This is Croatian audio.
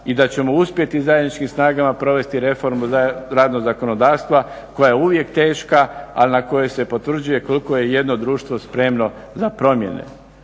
i da ćemo uspjeti zajedničkim snagama provesti reformu radnog zakonodavstva koja je uvijek teška, ali na kojoj se potvrđuje koliko je jedno društvo spremno za promjene.